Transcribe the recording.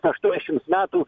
aštuoniašims metų